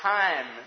time